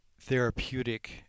therapeutic